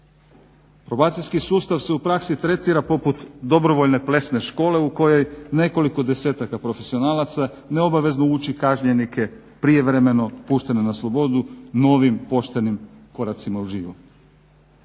Probacijski sustav se u praksi tretira poput dobrovoljne plesne škole u kojoj nekoliko desetaka profesionalaca neobavezno uči kažnjenike prijevremeno puštene ne slobodu novim poštenim koracima uživo.